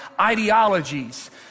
ideologies